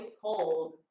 told